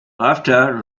after